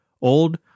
old